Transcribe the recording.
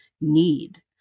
need